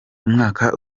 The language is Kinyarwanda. umwaka